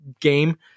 game